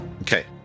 Okay